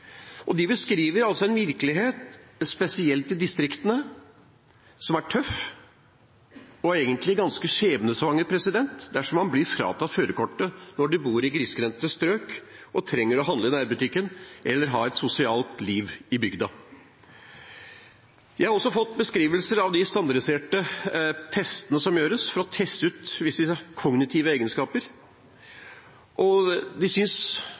De beskriver en virkelighet, spesielt i distriktene, som er tøff og egentlig ganske skjebnesvanger, dersom man blir fratatt førerkortet når man bor i grisgrendte strøk og trenger å handle i nærbutikken eller å ha et sosialt liv i bygda. Jeg har også fått beskrivelser av de standardiserte testene som gjøres for å teste ut visse kognitive egenskaper, og de synes